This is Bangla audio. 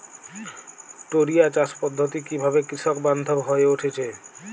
টোরিয়া চাষ পদ্ধতি কিভাবে কৃষকবান্ধব হয়ে উঠেছে?